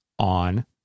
on